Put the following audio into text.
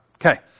Okay